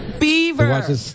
Beaver